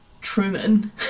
Truman